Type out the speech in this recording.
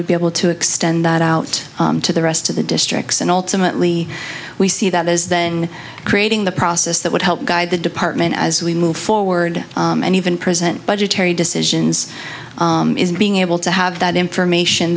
would be able to extend that out to the rest of the districts and ultimately we see that as then creating the process that would help guide the department as we move forward and even present budgetary decisions is being able to have that information